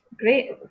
Great